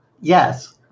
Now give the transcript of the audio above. Yes